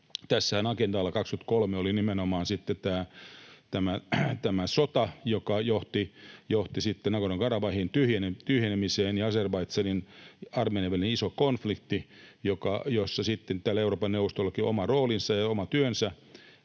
Tässähän agendalla 2023 oli nimenomaan tämä sota, joka johti sitten Nagorno-Karabahin tyhjenemiseen, Azerbaidžanin ja Armenian välinen iso konflikti, jossa Euroopan neuvostollakin on oma roolinsa ja oma työnsä